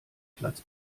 platz